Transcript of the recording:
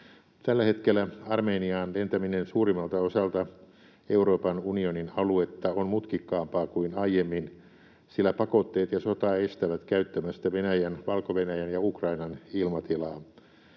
Tällä hetkellä Armeniaan lentäminen suurimmalta osalta Euroopan unionin aluetta on mutkikkaampaa kuin aiemmin, sillä pakotteet ja sota estävät käyttämästä Venäjän, Valko-Venäjän ja Ukrainan ilmatilaa.